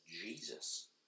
Jesus